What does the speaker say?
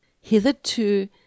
hitherto